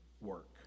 work